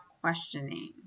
questioning